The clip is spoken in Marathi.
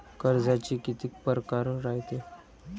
कर्जाचे कितीक परकार रायते?